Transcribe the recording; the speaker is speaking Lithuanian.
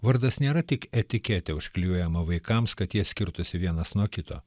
vardas nėra tik etiketė užklijuojama vaikams kad jie skirtųsi vienas nuo kito